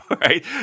right